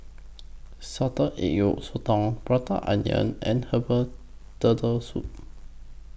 Salted Egg Yolk Sotong Prata Onion and Herbal Turtle Soup